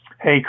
Hey